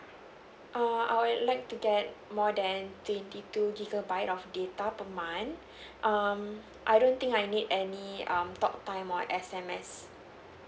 err I would like to get more than twenty two gigabyte of data per month um I don't think I need any um talk time or S_M_S